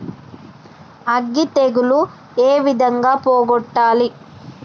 అగ్గి తెగులు ఏ విధంగా పోగొట్టాలి?